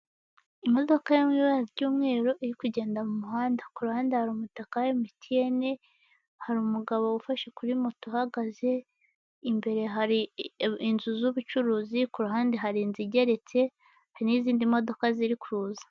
Inyubako ifite ibara ry'umweru ifite n'amadirishya y'umukara arimo utwuma, harimo amarido afite ibara ry'ubururu ndetse n'udutebe, ndetse hari n'akagare kicaramo abageze mu za bukuru ndetse n'abamugaye, harimo n'ifoto imanitsemo muri iyo nyubako.